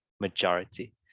Majority